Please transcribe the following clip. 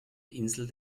insel